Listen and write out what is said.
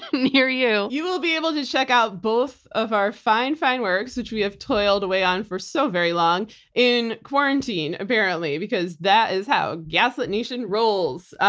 near you. you will be able to check out both of our fine fine works which we have toiled away on for so very long in quarantine apparently because that is how gaslit nation rolls.